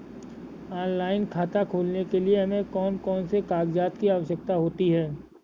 Online खाता खोलने के लिए हमें कौन कौन से कागजात की आवश्यकता होती है?